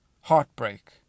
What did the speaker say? heartbreak